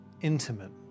intimate